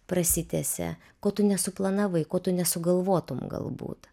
prasitęsia ko tu nesuplanavai ko tu nesugalvotum galbūt